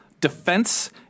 defense